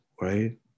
right